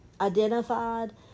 identified